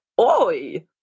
Oi